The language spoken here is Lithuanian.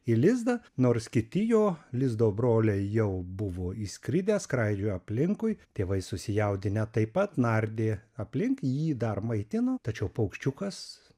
į lizdą nors kiti jo lizdo broliai jau buvo įskridę skraidžiojo aplinkui tėvai susijaudinę taip pat nardė aplink jį dar maitino tačiau paukščiukas